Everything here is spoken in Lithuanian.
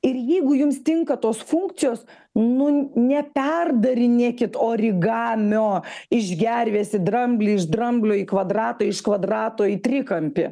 ir jeigu jums tinka tos funkcijos nu neperdarinėkit origamio iš gervės į dramblį iš dramblio į kvadratą iš kvadrato į trikampį